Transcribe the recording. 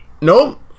nope